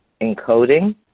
Encoding